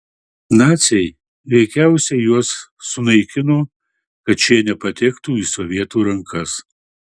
naciai veikiausiai juos sunaikino kad šie nepatektų į sovietų rankas